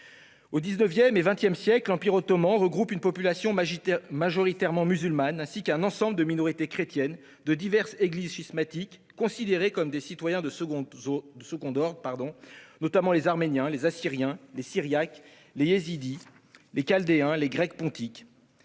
Aux XIX et XX siècles, l'Empire ottoman regroupe une population majoritairement musulmane, ainsi qu'un ensemble de minorités chrétiennes de diverses églises schismatiques, considérées comme des citoyens de second ordre, notamment les Arméniens, les Assyriens, les Syriaques, les Yézidis, les Chaldéens ou les Grecs pontiques,